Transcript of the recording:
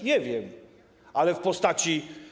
Nie wiem, ale w postaci.